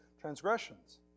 transgressions